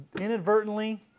inadvertently